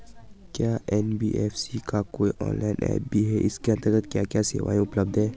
क्या एन.बी.एफ.सी का कोई ऑनलाइन ऐप भी है इसके अन्तर्गत क्या क्या सेवाएँ उपलब्ध हैं?